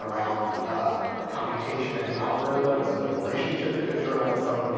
around computation and algorithms, and the relationship to journalism.